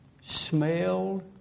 smelled